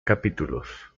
capítulos